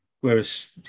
whereas